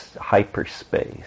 hyperspace